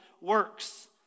works